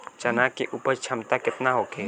चना के उपज क्षमता केतना होखे?